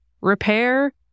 repair